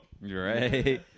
right